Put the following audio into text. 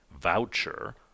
voucher